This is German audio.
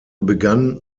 begann